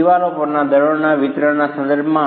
દિવાલો પર દળોના વિતરણના સંદર્ભમાં